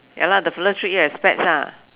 ya lah the fellow treat you as fats ah